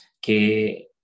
que